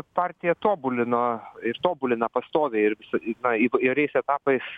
partija tobulino ir tobulina pastoviai ir visa na įv airiais etapais